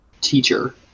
teacher